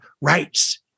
rights